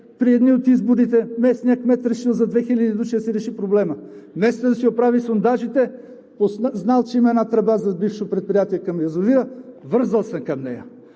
при едни от изборите местният кмет решил за 2000 души да се реши проблемът. Вместо да си оправи сондажите, знаел, че има една тръба за бивше предприятие към язовира, вързал се към нея.